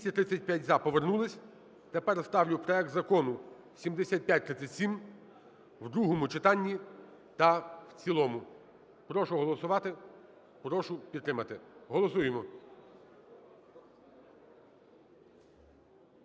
За-235 Повернулися. Тепер ставлю проект Закону 7537 в другому читанні та в цілому. Прошу голосувати, прошу підтримати. Голосуємо.